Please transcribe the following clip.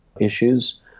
issues